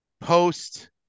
post